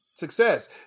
Success